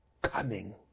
cunning